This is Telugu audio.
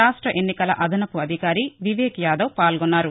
రాష్ట్ర ఎన్నికల అదనపు అధికారి వివేక్ యాదవ్ పాల్గొన్నారు